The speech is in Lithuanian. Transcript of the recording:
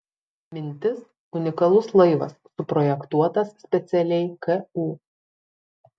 mintis unikalus laivas suprojektuotas specialiai ku